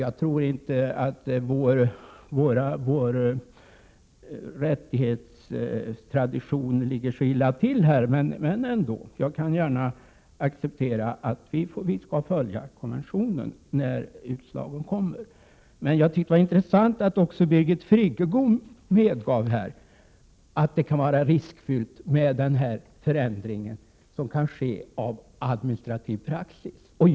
Jag tror inte att vår rättighetstradition ligger så illa till. Jag kan ändå gärna acceptera att vi skall följa konventionen när utslagen kommer. Det var intressant att också Birgit Friggebo medgav att den förändring som kan ske av administrativ praxis kan vara förenad med risker.